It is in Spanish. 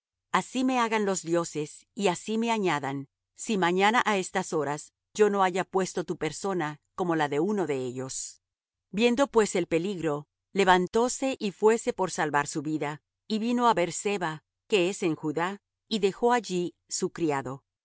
así me hagan los dioses y así me añadan si mañana á estas horas yo no haya puesto tu persona como la de uno de ellos viendo pues el peligro levantóse y fuése por salvar su vida y vino á beer-seba que es en judá y dejó allí su criado